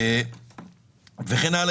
וכן הלאה,